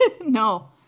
No